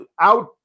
out